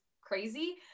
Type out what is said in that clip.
crazy